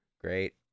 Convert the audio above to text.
great